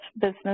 business